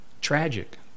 Tragic